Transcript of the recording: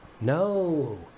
No